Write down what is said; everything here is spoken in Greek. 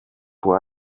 που